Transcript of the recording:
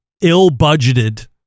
ill-budgeted